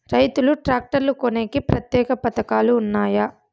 రైతులు ట్రాక్టర్లు కొనేకి ప్రత్యేక పథకాలు ఉన్నాయా?